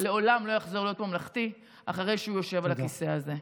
לעולם לעולם לא יחזור להיות ממלכתי אחרי שהוא יושב על הכיסא הזה.